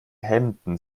hemden